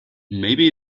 maybe